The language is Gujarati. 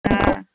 હા